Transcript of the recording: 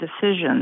decisions